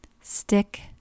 stick